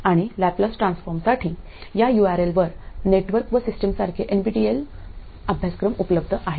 आणि लॅप्लेस ट्रान्सफॉर्मसाठी या यूआरएलवर नेटवर्क व सिस्टीम्स सारखे एनपीटीईएल अभ्यासक्रम उपलब्ध आहेत